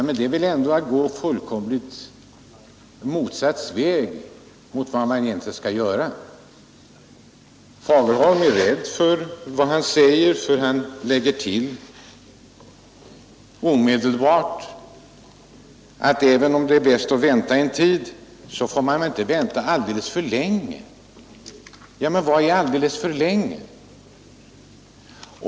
Men det är väl att göra tvärtemot vad man bör göra! Och herr Fagerlund var själv uppenbarligen rädd för det han sade, för han tillade omedelbart att även om det är bäst att vänta en tid så får man inte vänta alltför länge. Men vad är ”alltför länge”?